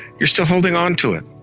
you're still holding on to it.